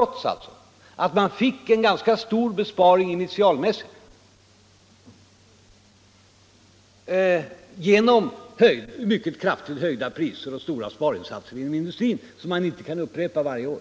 Och detta trots att man fick en ganska stor besparing initialmässigt, genom mycket kraftigt höjda priser och stora besparingsinsatser inom industrin, som inte kan upprepas varje år.